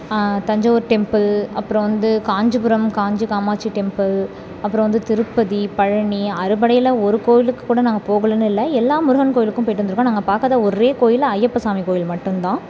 Thanjavur temple அப்புறம் வந்து Kanchipuram Kanchi Kamakshi temple அப்புறம் வந்து திருப்பதி பழனி அறுபடையில் ஒரு கோயிலுக்கு கூட நாங்கள் போகலைன்னு இல்லை எல்லாம் முருகன் கோயிலுக்கும் போய்விட்டு வந்திருக்கோம் நாங்கள் பார்க்காத ஒரே கோயில் ஐயப்பன் சாமி கோயில் மட்டும் தான்